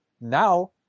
Now